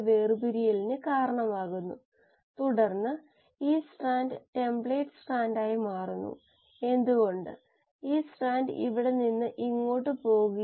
competitive ഇൻഹിബിഷനിൽ നിഷേധ വസ്തു എൻസൈമിനെ ബന്ധിപ്പിക്കുന്നു അതുവഴി രാസപ്രവർത്തനത്തിൻറെ തോത് തടയുന്നു